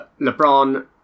LeBron